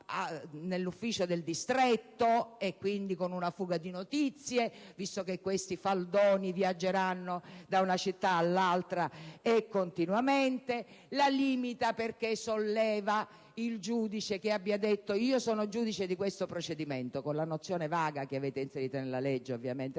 nell'ufficio del distretto (e quindi con una fuga di notizie, visto che questi faldoni viaggeranno da una città all'altra e continuamente); lo limita perché solleva il giudice che abbia detto «Io sono il giudice di questo procedimento»; e, con la nozione vaga che avete inserito nella legge, ovviamente